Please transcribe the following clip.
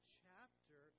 chapter